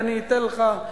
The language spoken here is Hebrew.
ואני אתן לך.